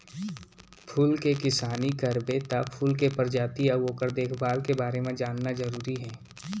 फूल के किसानी करबे त फूल के परजाति अउ ओकर देखभाल के बारे म जानना जरूरी हे